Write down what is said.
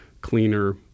cleaner